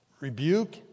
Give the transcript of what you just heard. rebuke